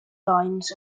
lines